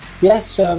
yes